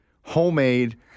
homemade